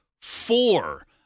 four